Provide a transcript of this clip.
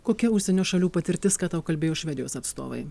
kokia užsienio šalių patirtis ką tau kalbėjo švedijos atstovai